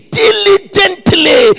diligently